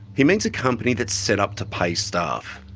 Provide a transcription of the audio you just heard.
he means a company that's set up to pay staff.